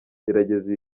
gerageza